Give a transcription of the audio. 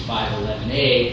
five eleven eight